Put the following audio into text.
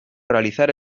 realizar